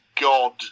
God